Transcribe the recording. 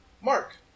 Mark